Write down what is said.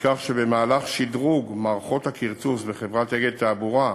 מכך שבמהלך שדרוג מערכות הכרטוס בחברת "אגד תעבורה"